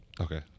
Okay